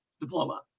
diploma